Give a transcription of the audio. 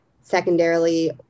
secondarily